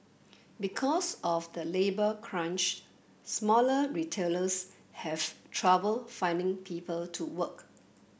because of the labour crunch smaller retailers have trouble finding people to work